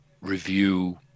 review